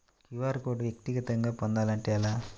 QR code వ్యక్తిగతంగా పొందాలంటే ఎలా?